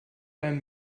einen